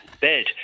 bed